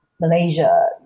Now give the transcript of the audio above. Malaysia